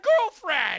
girlfriend